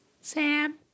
Sam